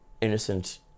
innocent